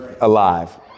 alive